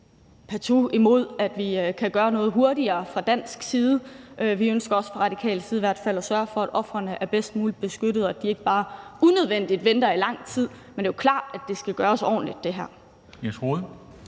partout imod, at vi kan gøre noget hurtigere fra dansk side. Vi ønsker også fra Radikales side i hvert fald at sørge for, at ofrene er bedst muligt beskyttet, og at de ikke bare unødvendigt venter i lang tid. Men det er jo klart, at det her skal gøres ordentligt. Kl.